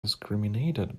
discriminated